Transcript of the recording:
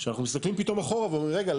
שאנחנו מסתכלים פתאום אחורה ואומרים: רגע,